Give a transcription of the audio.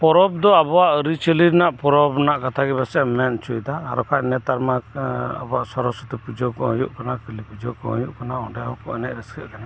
ᱯᱚᱨᱚᱵ ᱫᱚ ᱟᱵᱩᱣᱟᱜ ᱟᱹᱨᱤᱪᱟᱹᱞᱤ ᱨᱮᱱᱟᱜ ᱯᱚᱨᱚᱵ ᱨᱮᱱᱟᱜ ᱠᱟᱛᱷᱟᱜᱤ ᱡᱟᱹᱥᱮᱡ ᱮᱢ ᱢᱮᱱ ᱩᱪᱩᱭᱮᱫᱟ ᱟᱨ ᱵᱟᱠᱷᱟᱡ ᱱᱮᱛᱟᱨ ᱢᱟ ᱚᱱᱟ ᱟᱵᱩᱣᱟᱜ ᱥᱚᱨᱚᱥᱩᱛᱤ ᱯᱩᱡᱟᱹ ᱠᱩ ᱦᱩᱭᱩᱜ ᱠᱟᱱᱟ ᱠᱟᱹᱞᱤ ᱯᱩᱡᱟᱹᱠᱩ ᱦᱩᱭᱩᱜ ᱠᱟᱱᱟ ᱚᱸᱰᱮ ᱦᱚᱸᱠᱩ ᱮᱱᱮᱡ ᱨᱟᱹᱥᱠᱟᱹᱜ ᱠᱟᱱᱟ